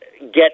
get